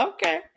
Okay